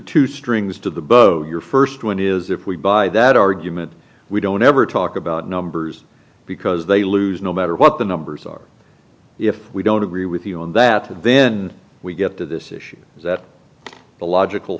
two strings to the boat your first one is if we buy that argument we don't ever talk about numbers because they lose no matter what the numbers are if we don't agree with you on that then we get to this issue that the logical